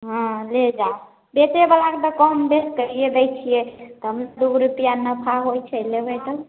हँ ले जाउ बेचैवलाके तऽ कम बेस करिए दै छिए तहन दुइ रुपैआ नफा होइ छै लेबै तऽ